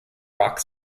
rock